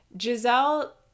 Giselle